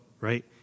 right